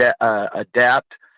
adapt